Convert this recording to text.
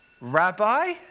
Rabbi